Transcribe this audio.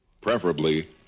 preferably